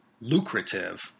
lucrative